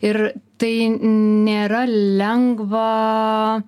ir tai nėra lengva